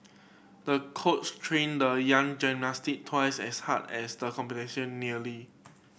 the coach trained the young gymnast twice as hard as the competition nearly